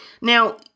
now